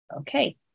Okay